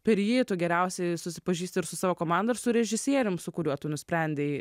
per jį tu geriausiai susipažįst ir su savo komanda ir su režisierium su kuriuo tu nusprendei